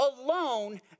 alone